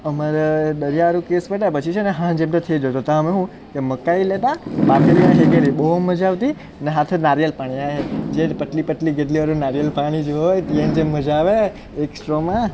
અમારે દરિયા વારુ કેસ બેઠા પછી છેને સાંજે પછીએ જતો તા હું કે મકાઈ લેતા બહુ મજા આવતી ને હાથે નારિયેલ પાણી આ એમ જ્યારે પતલી પતલી જે એનું નારિયેલ પાણી જે હોય જેમ જેમ મજા આવે એક સ્ટ્રોમાં